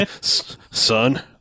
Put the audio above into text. son